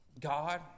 God